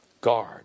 guard